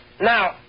Now